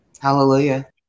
Hallelujah